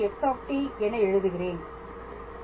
x x என எழுதுகிறேன்